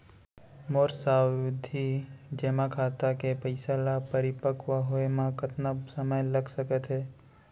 मोर सावधि जेमा खाता के पइसा ल परिपक्व होये म कतना समय लग सकत हे?